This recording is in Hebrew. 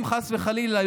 חס וחלילה,